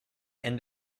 end